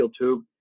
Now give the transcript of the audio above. tube